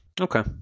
Okay